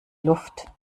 luft